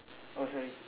oh sorry